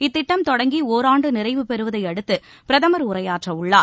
இத்திட்டம் தொடங்கி ஒராண்டு நிறைவு பெறுவதையடுத்து பிரதமர் உரையாற்ற உள்ளார்